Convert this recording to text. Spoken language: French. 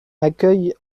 accueille